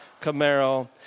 Camaro